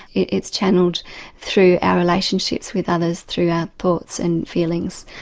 it's channelled through our relationships with others through our thoughts and feelings.